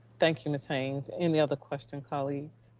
thank you, ms. haynes. any other question, colleagues?